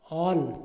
on